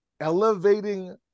elevating